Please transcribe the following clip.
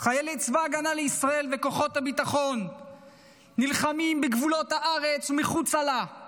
חיילי צבא ההגנה לישראל וכוחות הביטחון נלחמים בגבולות הארץ ומחוצה לה,